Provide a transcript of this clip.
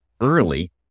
early